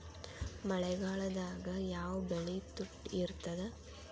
ಮಳೆಗಾಲದಾಗ ಯಾವ ಬೆಳಿ ತುಟ್ಟಿ ಇರ್ತದ?